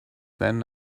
then